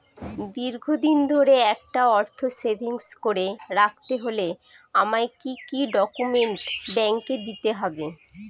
দীর্ঘদিন ধরে একটা অর্থ সেভিংস করে রাখতে হলে আমায় কি কি ডক্যুমেন্ট ব্যাংকে দিতে হবে?